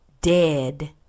dead